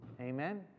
Amen